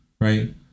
right